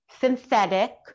synthetic